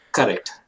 Correct